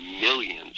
millions